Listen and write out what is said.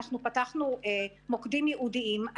אנחנו פתחנו מוקדים ייעודיים,